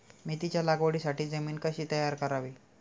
मेथीच्या लागवडीसाठी जमीन कशी तयार करावी?